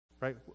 right